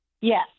Yes